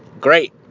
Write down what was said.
Great